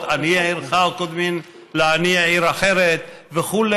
עניי עירך קודמים לעניי עיר אחרת וכו'